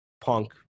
Punk